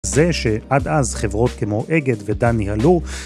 זה שעד אז חברות כמו אגד ודן ניהלו ...